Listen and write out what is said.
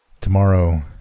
Tomorrow